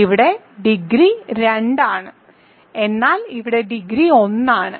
ഇവിടെ ഡിഗ്രി 2 ആണ് എന്നാൽ ഇവിടെ ഡിഗ്രി 1 ആണ്